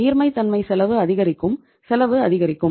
நீர்மைத்தன்மை செலவு அதிகரிக்கும் செலவும் அதிகரிக்கும்